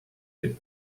good